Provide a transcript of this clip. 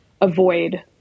avoid